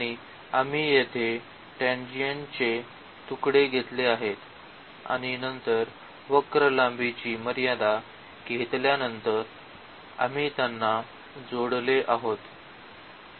आणि आम्ही येथे टँजेन्ट चे तुकडे घेतले आहेत आणि नंतर वक्र लांबीची मर्यादा घेतल्यानंतर आम्ही त्यांना जोडले आहेत